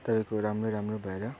तपाईँको राम्रो राम्रो भएर